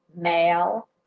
male